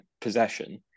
possession